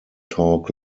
talk